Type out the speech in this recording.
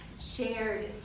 shared